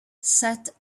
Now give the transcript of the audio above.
sat